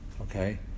okay